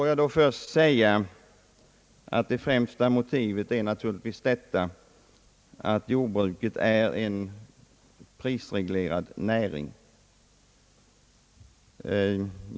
Låt mig då först säga att det främsta motivet naturligtvis är att jordbruket är en prisreglerad näring.